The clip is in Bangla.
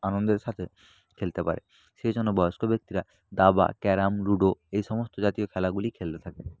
আনন্দের সাথে খেলতে পারে সেই জন্য বয়স্ক ব্যক্তিরা দাবা ক্যারাম লুডো এই সমস্ত জাতীয় খেলাগুলি খেলে থাকেন